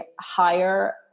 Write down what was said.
higher